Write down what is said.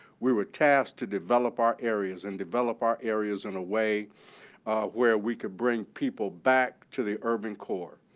we were tasked to develop our areas and develop our areas in a way where we could bring people back to the urban core.